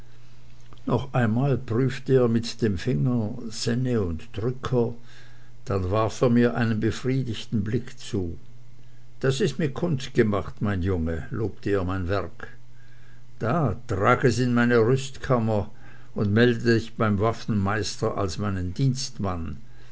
noch einmal prüfte er mit dem finger senne und drücker dann warf er mir einen befriedigten blick zu das ist mit kunst gemacht mein junge lobte er mein werk da trag es in meine rüstkammer und melde dich beim waffenmeister als meinen dienstmann